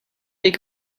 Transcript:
take